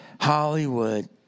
Hollywood